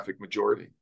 majority